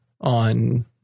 on